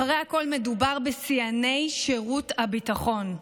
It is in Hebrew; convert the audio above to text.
אחרי הכול, מדובר בשיאני שירות הביטחון.